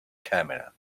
camera